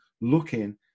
looking